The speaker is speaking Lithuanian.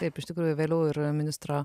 taip iš tikrųjų vėliau ir ministro